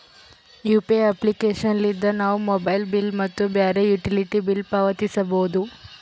UPI application ಲಿದ್ದ ನಾವು mobile bill ಮತ್ತು ಬ್ಯಾರೆ ಯುಟಿಲಿಟಿ ಬಿಲ್ ಪಾವತಿಸಬೋದು